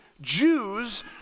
Jews